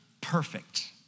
perfect